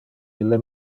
ille